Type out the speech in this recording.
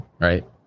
right